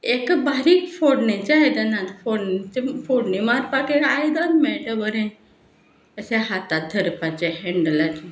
एका बारीक फोडणेच्या आयदनांत फोडणीचें फोडणी मारपाक एक आयदान मेळटा बरें अशें हातात धरपाचें हँडलाचें